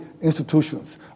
institutions